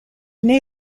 n’ai